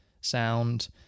sound